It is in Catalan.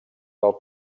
del